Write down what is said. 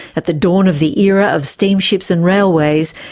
at the dawn of the era of steamships and railways,